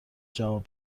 جواب